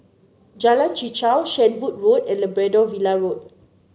Jalan Chichau Shenvood Road and Labrador Villa Road